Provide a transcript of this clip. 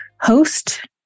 host